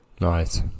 Nice